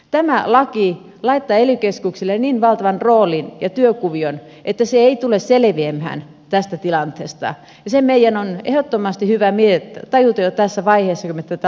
tämä laki laittaa ely keskuksille niin valtavan roolin ja työkuvion että ne eivät tule selviämään tästä tilanteesta ja se meidän on ehdottomasti hyvä tajuta jo tässä vaiheessa kun me tätä lakia säädämme